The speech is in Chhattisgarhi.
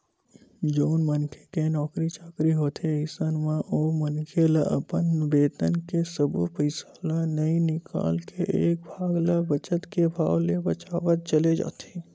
जउन मनखे के नउकरी चाकरी होथे अइसन म ओ मनखे ह अपन बेतन के सब्बो पइसा ल नइ निकाल के एक भाग ल बचत के भाव ले बचावत चले जाथे